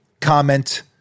comment